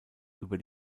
über